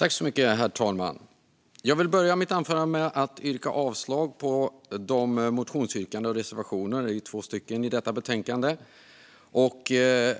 Herr talman! Jag vill börja med att yrka avslag på alla motionsyrkanden och reservationer - det är ju två reservationer - i detta betänkande